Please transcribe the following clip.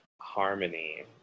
Harmony